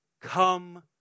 come